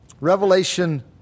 Revelation